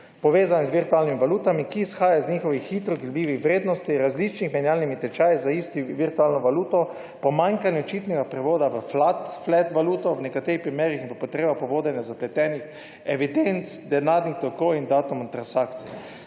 povezanih z virtualnimi valutami, ki izhajajo iz njihovih hitro gibljivih vrednosti, različnimi menjalnimi tečaji za isto virtualno valuto, pomanjkanjem očitnega prevoda v fiat valuto v nekaterih in potrebo po vodenju zapletenih evidenc denarnih tokov in datumi transakcij.